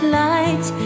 light